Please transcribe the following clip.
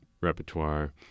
repertoire